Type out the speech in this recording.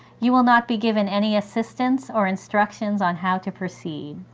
you will not be given any assistance or instructions on how to proceed.